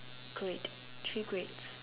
great three greats